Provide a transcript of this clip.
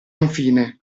infine